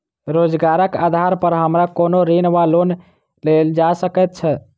रोजगारक आधार पर हमरा कोनो ऋण वा लोन देल जा सकैत अछि?